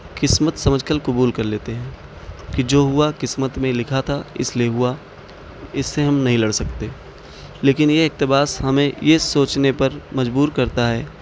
قسمت سمجھ کل قبول کر لیتے ہیں کہ جو ہوا قسمت میں لکھا تھا اس لیے ہوا اس سے ہم نہیں لڑ سکتے لیکن یہ اقتباس ہمیں یہ سوچنے پر مجبور کرتا ہے